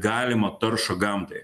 galimą taršą gamtai